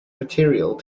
material